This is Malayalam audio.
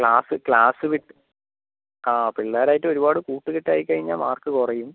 ക്ലാസ്സ് ക്ലാസ്സ് വിട്ട് ആ പിള്ളേർ ആയിട്ട് ഒരുപാട് കൂട്ട് കെട്ട് ആയി കഴിഞ്ഞാൽ മാർക്ക് കുറയും